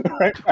Right